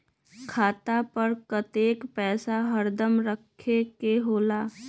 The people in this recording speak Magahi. खाता पर कतेक पैसा हरदम रखखे के होला?